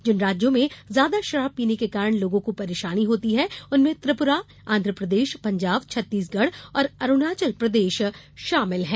जिन राज्यों में ज्यादा शराब पीने के कारण लोगों को परेशानी होती है उनमें त्रिपुरा आंध्रप्रदेश पंजाब छत्तीसगढ़ और अरूणाचल प्रदेश शामिल हैं